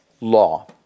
law